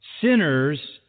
sinners